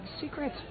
secret